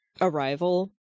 arrival